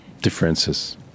differences